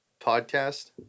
podcast